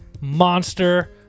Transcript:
Monster